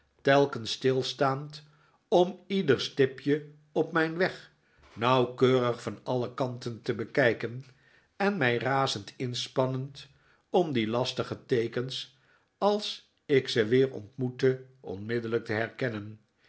telkens stilstaand om ieder stipje op mijn weg nauwkeurig van alle kanten te bekijken en mij razend inspannend om die lastige teekens als ik ze weer ontmoette onmiddellijk te herkennen